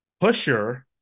pusher